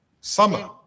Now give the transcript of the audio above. Summer